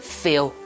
feel